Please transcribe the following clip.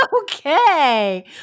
Okay